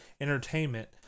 Entertainment